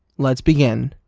let's begin